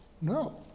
No